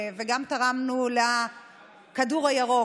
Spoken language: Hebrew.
וגם תרמנו לכדור הירוק.